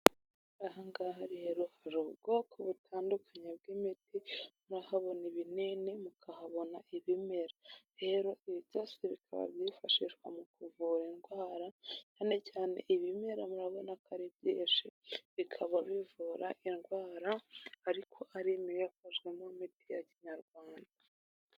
Aha ngaha rero hari ubwoko butandukanye bw'imiti, murahabona ibinini, mukahabona ibimera, rero ibi byose bikaba byifashishwa mu kuvura indwara, cyane cyane ibimera murabona ko ari byinshi, bikaba bivura indwara, ariko harimo nk'iyafashwemo nk'imiti ya Kinyarwanda.